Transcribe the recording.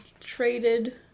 traded